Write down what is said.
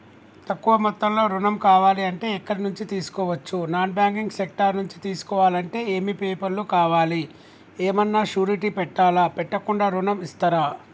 తక్కువ మొత్తంలో ఋణం కావాలి అంటే ఎక్కడి నుంచి తీసుకోవచ్చు? నాన్ బ్యాంకింగ్ సెక్టార్ నుంచి తీసుకోవాలంటే ఏమి పేపర్ లు కావాలి? ఏమన్నా షూరిటీ పెట్టాలా? పెట్టకుండా ఋణం ఇస్తరా?